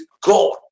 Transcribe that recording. god